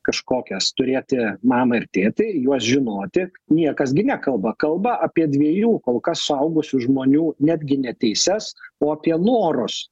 kažkokias turėti mamą ir tėtį juos žinoti niekas gi nekalba kalba apie dviejų kol kas suaugusių žmonių netgi ne teises o apie norus